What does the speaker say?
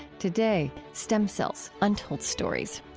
today stem cells untold stories.